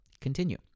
continue